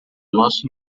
nosso